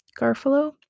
Garfalo